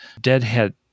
Deadhead